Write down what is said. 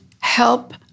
help